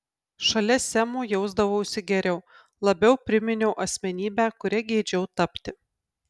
šalia semo jausdavausi geriau labiau priminiau asmenybę kuria geidžiau tapti